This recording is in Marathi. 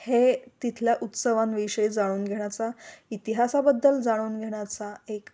हे तिथल्या उत्सवाांविषयी जाणून घेण्याचा इतिहासाबद्दल जाणून घेण्याचा एक